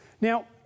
Now